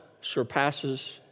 surpasses